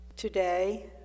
Today